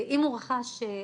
אם אדם רכש ספרים,